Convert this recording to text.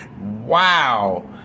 Wow